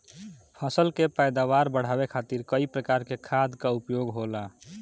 फसल के पैदावार बढ़ावे खातिर कई प्रकार के खाद कअ उपयोग होला